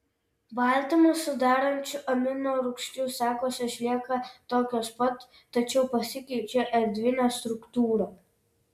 baltymus sudarančių amino rūgčių sekos išlieka tokios pat tačiau pasikeičia erdvinė struktūra